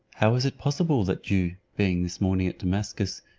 how is it possible that you, being this morning at damascus,